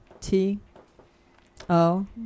T-O